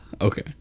okay